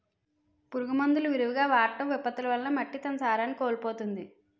పురుగు మందులు విరివిగా వాడటం, విపత్తులు వలన మట్టి తన సారాన్ని కోల్పోతుంది